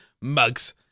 mugs